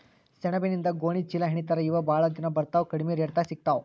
ಸೆಣಬಿನಿಂದ ಗೋಣಿ ಚೇಲಾಹೆಣಿತಾರ ಇವ ಬಾಳ ದಿನಾ ಬರತಾವ ಕಡಮಿ ರೇಟದಾಗ ಸಿಗತಾವ